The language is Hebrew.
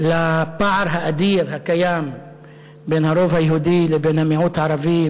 לפער האדיר הקיים בין הרוב היהודי לבין המיעוט הערבי,